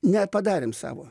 nepadarėm savo